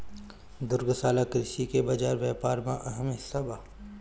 दुग्धशाला कृषि के बाजार व्यापार में अहम हिस्सा बा